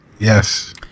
Yes